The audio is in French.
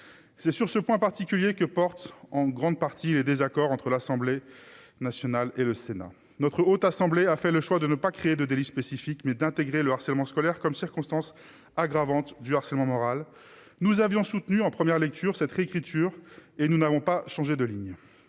c'est sur ce point particulier que porte en grande partie les désaccords entre l'Assemblée nationale et le Sénat notre haute assemblée a fait le choix de ne pas créer de délit spécifique, mais d'intégrer le harcèlement scolaire comme circonstance aggravante du harcèlement moral, nous avions soutenu en première lecture cette réécriture et nous n'avons pas changé de ligne,